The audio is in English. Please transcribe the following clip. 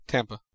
Tampa